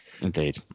Indeed